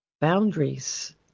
boundaries